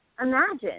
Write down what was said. imagine